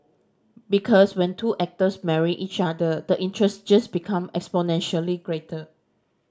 because when two actors marry each other the interest just become exponentially greater